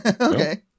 Okay